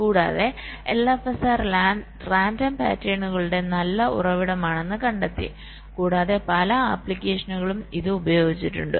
കൂടാതെ LFSR random പാറ്റേണുകളുടെ നല്ല ഉറവിടമാണെന്ന് കണ്ടെത്തി കൂടാതെ പല ആപ്ലിക്കേഷനുകളിലും ഇത് ഉപയോഗിച്ചിട്ടുണ്ട്